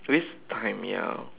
waste time ya